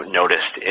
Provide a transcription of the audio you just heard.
noticed